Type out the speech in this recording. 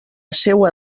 seua